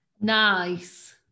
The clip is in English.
Nice